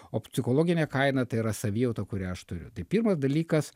o psichologinė kaina tai yra savijauta kurią aš turiu tai pirmas dalykas